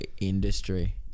industry